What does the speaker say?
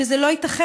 שזה לא ייתכן,